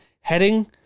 heading